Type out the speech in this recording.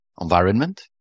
environment